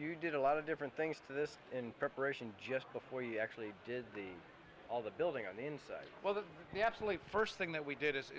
you did a lot of different things to this in preparation just before you actually did the all the building on the inside well the first thing that we did is